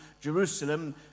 Jerusalem